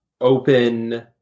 open